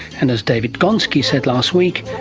and, as david gonski said last week,